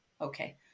Okay